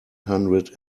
hundred